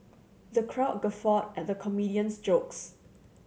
the crowd guffawed at the comedian's jokes